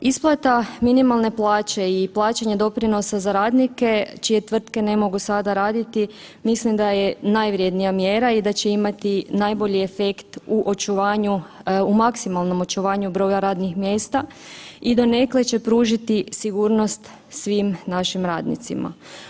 Isplata minimalne plaće i plaćanje doprinosa za radnike čije tvrtke ne mogu sada raditi, mislim da je najvrednija mjera i da će imati najbolji efekt u očuvanju, u maksimalnom očuvanju broja radnih mjesta i donekle će pružiti sigurnost svim našim radnicima.